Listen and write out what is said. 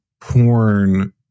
porn